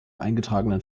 eingetragenen